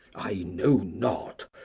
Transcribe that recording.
i know not.